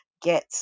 get